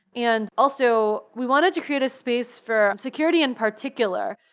and also, we wanted to create a space for security in particular,